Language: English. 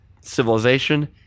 civilization